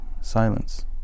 silence